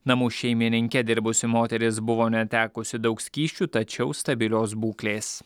namų šeimininke dirbusi moteris buvo netekusi daug skysčių tačiau stabilios būklės